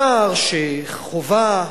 הצער שחווה,